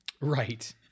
Right